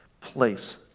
place